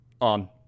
on